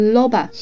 Loba